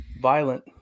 Violent